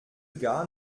gar